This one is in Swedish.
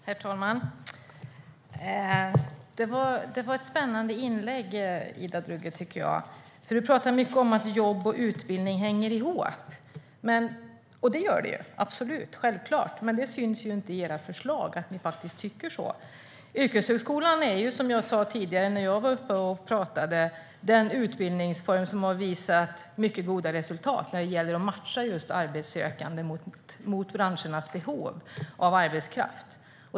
Herr talman! Det var ett spännande inlägg, Ida Drougge. Du talade mycket om att jobb och utbildning hänger ihop. Självklart gör de det, men det syns inte i era förslag att ni tycker det. Yrkeshögskolan är, som jag sa tidigare, den utbildningsform som har visat mycket goda resultat när det gäller att just matcha arbetssökande mot branschernas behov av arbetskraft.